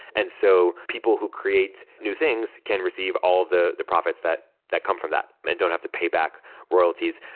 and so people who creates new things can receive all of the the profits that that come from that and don't have to pay back royalties.